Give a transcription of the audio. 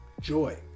joy